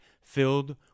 filled